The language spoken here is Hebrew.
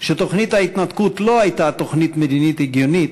שתוכנית ההתנתקות לא הייתה תוכנית מדינית הגיונית,